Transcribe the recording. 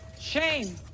shame